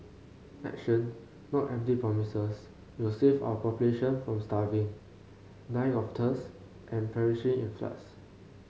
action not empty promises will save our populations from starving dying of thirst and perishing in floods